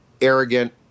arrogant